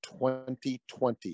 2020